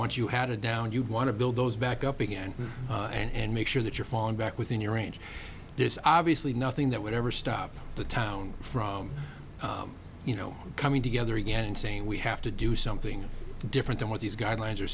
once you had a down you'd want to build those back up again and make sure that you're falling back within your range there's obviously nothing that would ever stop the town from you know coming together again and saying we have to do something different than what these guidelines are